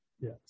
Yes